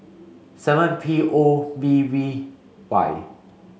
seven P O B V Y